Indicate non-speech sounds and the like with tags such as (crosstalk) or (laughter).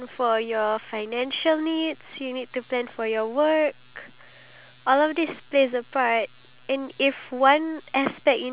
um being your life up to all the way until the (noise) age of nineteen (breath) which age do you feel like it's the most !wow!